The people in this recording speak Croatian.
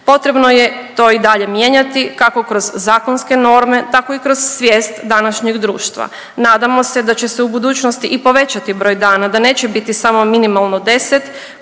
Potrebno je to i dalje mijenjati kako kroz zakonske norme tako i kroz svijest današnjeg društva. Nadamo se da će se u budućnosti i povećati broj dana, da neće biti samo minimalno 10